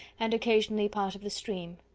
and occasionally part of the stream.